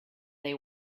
they